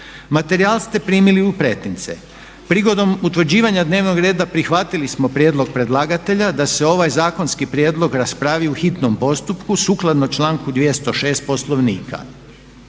Materijal ste primili u pretince. Prigodom utvrđivanja dnevnoga reda prihvatili smo prijedlog predlagatelja da se ovaj zakonski prijedlog raspravi u hitnom postupku sukladno članku 206. Poslovnika.